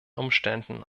umständen